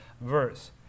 verse